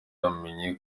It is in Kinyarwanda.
yamenye